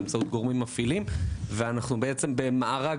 באמצעות גורמים מפעילים ואנחנו במארג